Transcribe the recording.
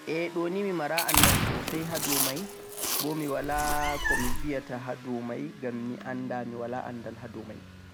ah ɗo ni mi maraa anndal soosay haa dow may, boo mi walaa ko mi biyata haa dow may, ngam mi annda mi waala anndal haa dow may